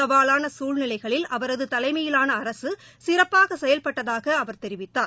சவாலான சூழ்நிலைகளில் அவரது தலைமையிலான அரசு சிறப்பாக செயல்பட்டதாக அவர் தெரிவித்தார்